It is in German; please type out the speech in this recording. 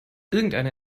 irgendeine